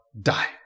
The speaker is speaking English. die